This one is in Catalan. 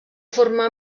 formar